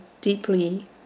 deeply